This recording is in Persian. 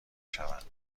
شوند